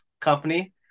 company